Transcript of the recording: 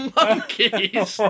monkeys